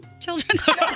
children